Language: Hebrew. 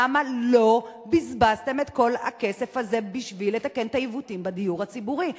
למה לא בזבזתם את כל הכסף הזה בשביל לתקן את העיוותים בדיור הציבורי?